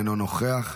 אינו נוכח,